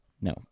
No